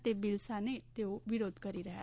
તે બિલ સામે જ તેઓ વિરોધ કરી રહ્યા છે